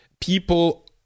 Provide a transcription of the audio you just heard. people